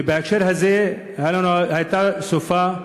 ובהקשר הזה, הייתה סופה,